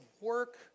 work